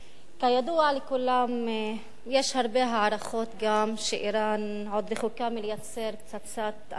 כידוע לכולם יש גם הרבה הערכות שאירן עוד רחוקה מלייצר פצצת אטום,